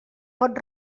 pot